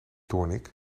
doornik